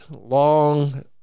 long